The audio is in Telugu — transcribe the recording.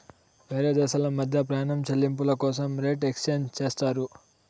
వేరే దేశాల మధ్య ప్రయాణం చెల్లింపుల కోసం రేట్ ఎక్స్చేంజ్ చేస్తారు